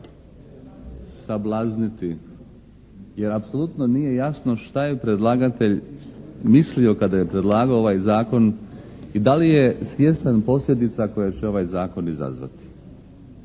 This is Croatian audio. sablazniti jer apsolutno nije jasno šta je predlagatelj mislio kada je predlagao ovaj zakon i da li je svjestan posljedica koje će ovaj zakon izazvati.